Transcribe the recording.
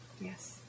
Yes